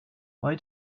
why